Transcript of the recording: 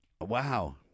Wow